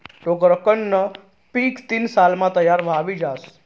टोक्करनं पीक तीन सालमा तयार व्हयी जास